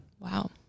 Wow